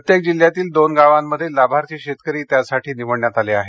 प्रत्येक जिल्ह्यातील दोन गावांमधील लाभार्थी शेतकरी त्यासाठी निवडण्यात आले आहेत